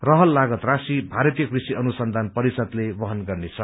रहल लागत राशि भारतीय कृषि अनुसंधान परिषदले वहन गर्नेछ